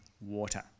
water